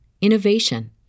innovation